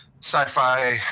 sci-fi